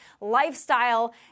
lifestyle